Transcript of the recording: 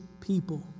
people